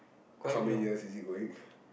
how many years is he going ppl